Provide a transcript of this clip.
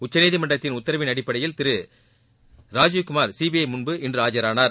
உச்சநீதிமன்றத்தின் உத்தரவின் அடிப்படையில் திருராஜீவ்குமார் சிபிஐமுன்பு இன்றுஆஜானார்